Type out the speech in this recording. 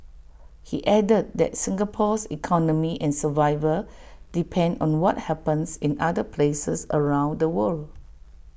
he added that Singapore's economy and survival depend on what happens in other places around the world